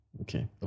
Okay